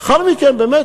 לאחר מכן, באמת